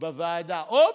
אופס,